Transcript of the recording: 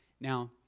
Now